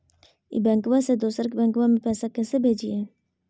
ई बैंकबा से दोसर बैंकबा में पैसा कैसे भेजिए?